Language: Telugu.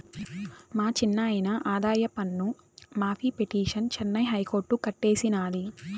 మా చిన్నాయిన ఆదాయపన్ను మాఫీ పిటిసన్ చెన్నై హైకోర్టు కొట్టేసినాది